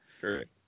Correct